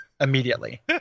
immediately